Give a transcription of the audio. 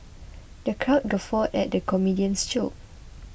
the crowd guffawed at the comedian's jokes